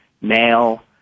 male